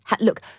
Look